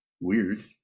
weird